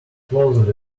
closely